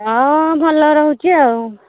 ହଁ ଭଲ ରହୁଛି ଆଉ